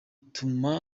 ituma